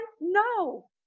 no